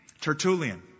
Tertullian